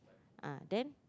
ah then